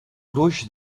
gruix